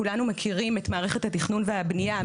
כולנו מכירים את מערכת התכנון והבנייה.